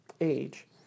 age